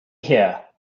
here